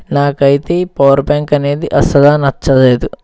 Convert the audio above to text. నాకైతే ఈ power bank అనేది అస్సల నచ్చలేదు